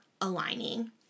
aligning